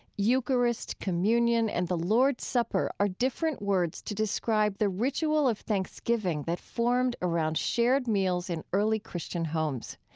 eucharist, communion and the lord's supper are different words to describe the ritual of thanksgiving that formed around shared meals in early christian homes.